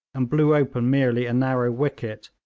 and blew open merely a narrow wicket,